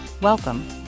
Welcome